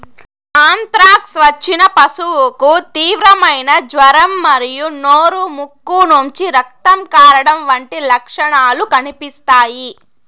anthrax వచ్చిన పశువుకు తీవ్రమైన జ్వరం మరియు నోరు, ముక్కు నుంచి రక్తం కారడం వంటి లక్షణాలు కనిపిస్తాయి